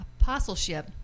apostleship